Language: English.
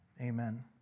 Amen